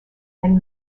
and